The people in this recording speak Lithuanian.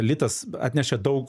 litas atnešė daug